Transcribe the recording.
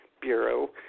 bureau